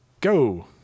go